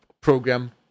program